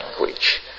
language